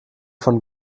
von